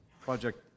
Project